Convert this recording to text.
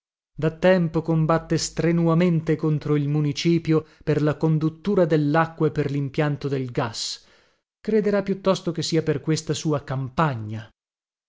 da tempo combatte strenuamente contro il municipio per la conduttura dellacqua e per limpianto del gas crederà piuttosto che sia per questa sua campagna